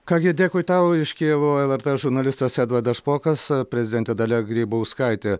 ką gi dėkui tau iš kijevo lrt žurnalistas edvardas špokas prezidentė dalia grybauskaitė